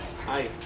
Hi